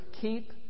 keep